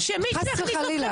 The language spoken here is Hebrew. חס וחלילה.